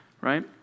right